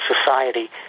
society